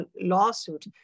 lawsuit